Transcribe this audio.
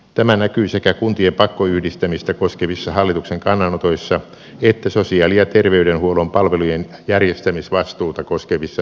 tämä näkyy sekä kuntien pakkoyhdistämistä koskevissa hallituksen kannanotoissa että sosiaali ja terveydenhuollon palvelujen järjestämisvastuuta koskevissa linjauksissa